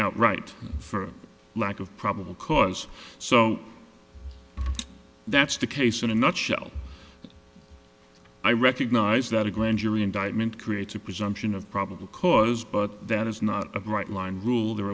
outright for lack of probable cause so that's the case in a nutshell i recognize that a grand jury indictment creates a presumption of probable cause but that is not a bright line rule there